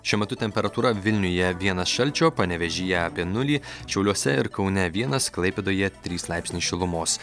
šiuo metu temperatūra vilniuje vienas šalčio panevėžyje apie nulį šiauliuose ir kaune vienas klaipėdoje trys laipsniai šilumos